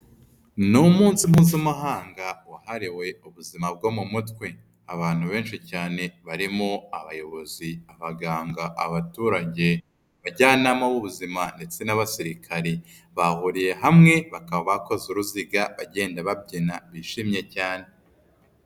Ni Umunsi Mpuzamahanga wahariwe ubuzima bwo mu mutwe, abantu benshi cyane barimo abayobozi, abaganga, abaturage, abajyanama b'ubuzima ndetse n'abasirikare, bahuriye hamwe bakaba bakoze uruziga bagenda babyina bishimye cyane.